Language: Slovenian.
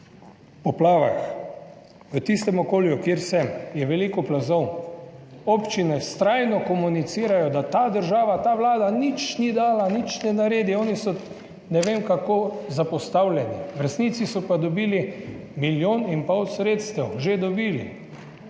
poplavah. V tistem okolju, kjer sem, je veliko plazov, občine vztrajno komunicirajo, da ta država, ta vlada nič ni dala, nič ne naredi, oni so ne vem kako zapostavljeni, v resnici so pa že dobili milijon in pol sredstev. Ampak